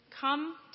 Come